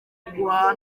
guhaha